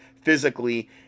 physically